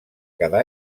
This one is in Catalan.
cada